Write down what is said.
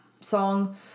song